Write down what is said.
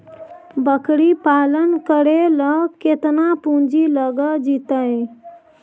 बकरी पालन करे ल केतना पुंजी लग जितै?